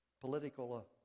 Political